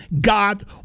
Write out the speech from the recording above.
God